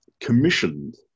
commissioned